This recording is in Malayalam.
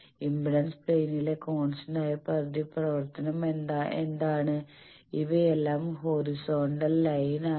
ഇംപെഡൻസ് പ്ലെയിനിലെ കോൺസ്റ്റന്റായ പ്രതിപ്രവർത്തനം എന്താണ് ഇവയെല്ലാം ഹോറിസോൺട്ടൽ ലൈൻസ് ആണ്